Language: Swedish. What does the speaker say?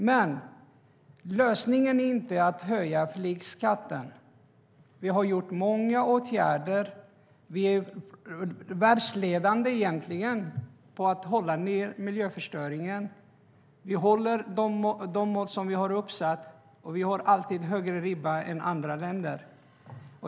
Men lösningen är inte att höja flygskatten. Vi har vidtagit många åtgärder. Vi är egentligen världsledande på att hålla nere miljöförstöringen. Vi håller oss till de mål som vi har satt upp, och vi har alltid ribban högre än andra länder.